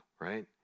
right